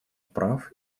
прав